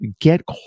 get